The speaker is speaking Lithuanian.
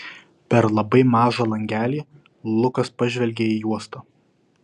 per labai mažą langelį lukas pažvelgė į uostą